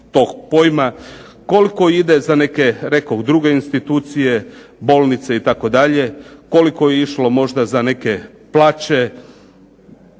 tog pojma, koliko ide za neke rekoh druge institucije, bolnice itd. Koliko je išlo možda za neke plaće